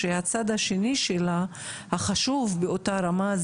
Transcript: שהצד השני שלה החשוב באותה רמה,